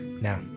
Now